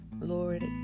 Lord